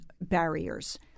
barriers